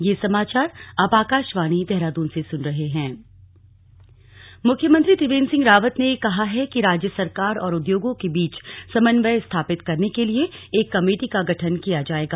गठन मुख्यमंत्री त्रिवेंद्र सिंह रावत ने कहा है कि राज्य सरकार और उद्योगों के बीच समन्वय स्थापित करने के लिए एक कमेटी का गठन किया जाएगा